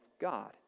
God